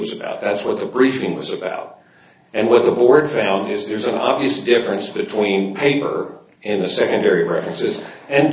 was about that's what the briefing was about and with the board found is there's an obvious difference between paper and the secondary references and